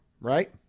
right